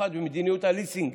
במיוחד במדיניות הליסינג